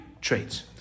traits